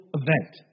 event